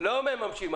תסביר לאנשים.